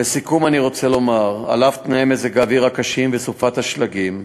לסיכום אני רוצה לומר: על אף תנאי מזג האוויר הקשים וסופת השלגים,